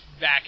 back